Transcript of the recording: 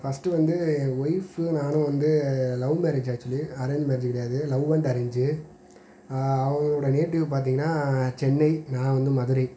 first வந்து என் ஒய்ஃபும் நானும் வந்து love marriage actually arrange marriage கிடையாது லவ் அண்ட் அரேஞ்ச்சி அவர்களோட நேட்டிவ் பார்த்தீங்கனா சென்னை நான் வந்து மதுரை